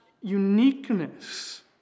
uniqueness